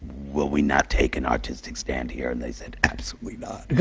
will we not take an artistic stand here? and they said, absolutely not!